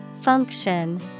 Function